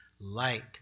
Light